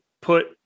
put